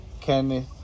Kenneth